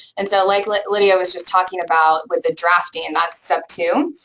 and so like like lydia was just talking about with the drafting, and that's step two,